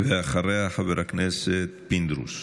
אחריה, חבר הכנסת פינדרוס.